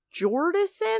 Jordison